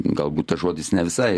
galbūt tas žodis ne visai